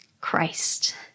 Christ